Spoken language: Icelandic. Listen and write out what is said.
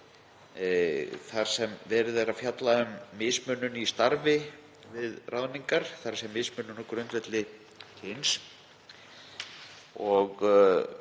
þar sem verið er að fjalla um mismunun í starfi við ráðningar, þ.e. mismunun á grundvelli kyns.